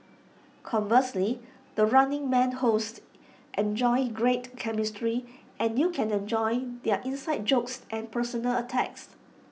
conversely the running man hosts enjoy great chemistry and you can enjoy their inside jokes and personal attacks